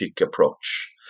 approach